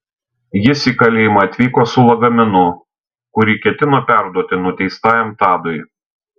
jis į kalėjimą atvyko su lagaminu kuri ketino perduoti nuteistajam tadui